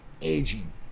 aging